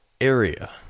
area